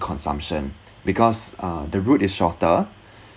consumption because uh the route is shorter